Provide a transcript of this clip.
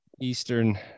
Eastern